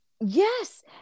Yes